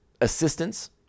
assistance